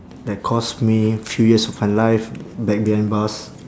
that cost me few years of my life back behind bars